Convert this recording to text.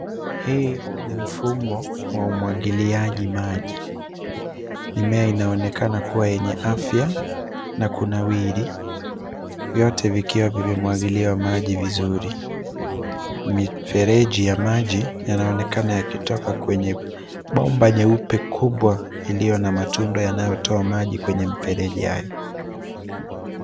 Hii ni mfumo wa umwagiliaji maji, Mimea inaonekana kuwa yenye afya na kunawiri, vyote vikiwa vimemwagiliwa maji vizuri. Mifereji ya maji yanaonekana yakitoka kwenye bomba nyeupe kubwa iliyo na matundu yanayotoa maji kwenye mifereji yayo.